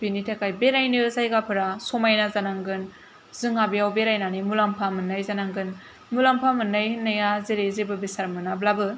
बिनिथाखाय बेरायनो जायगाफोरा समायना जानांगोन जोंहा बेवहाय बेरायनानै मुलामफा मोननाय जानांगोन मुलामफा मोननाय होननाया जेरै जेबो बेसार मोनाब्लाबो